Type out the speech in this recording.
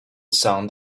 sound